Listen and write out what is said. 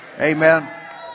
Amen